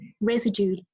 residue